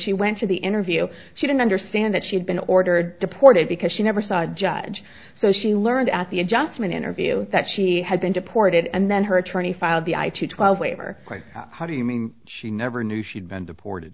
she went to the interview she didn't understand that she had been ordered deported because she never saw a judge so she learned at the adjustment interview that she had been deported and then her attorney filed the i two twelve waiver how do you mean she never knew she'd been deported